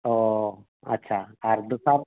ᱚᱻ ᱟᱪᱪᱷᱟ ᱟᱨ ᱫᱚᱥᱟᱨ